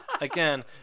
Again